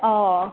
অ'